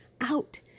Out